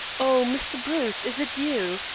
oh, mr. bruce, is it you?